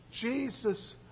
Jesus